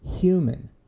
human